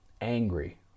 angry